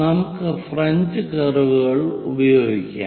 നമുക്ക് ഫ്രഞ്ച് കർവുകൾ ഉപയോഗിക്കാം